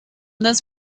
this